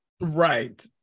right